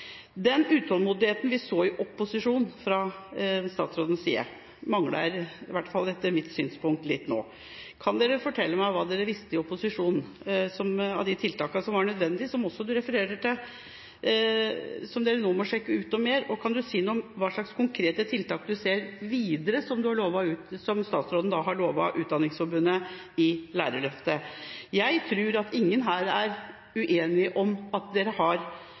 opposisjon, fra statsrådens side, mangler – i hvert fall etter mitt syn – litt nå. Kan han fortelle meg hva de visste i opposisjon om de tiltakene som var nødvendige, og som statsråden refererer til, som dere nå må sjekke ut mer om? Kan statsråden si noe om hvilke konkrete tiltak han ser for seg videre, og som han har lovet Utdanningsforbundet i lærerløftet? Jeg tror at ingen her er uenige om at regjeringa har